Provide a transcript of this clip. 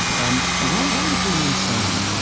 um why why are we calling them sermons?